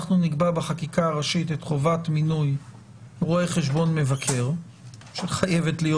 אנחנו נקבע בחקיקה הראשית את חובת מינוי רואה חשבון מבקר שחייבת להיות,